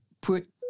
put